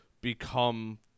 become